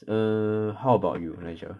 err how about you nigel